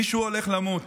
"מישהו הולך למות.